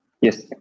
Yes